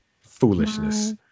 Foolishness